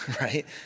Right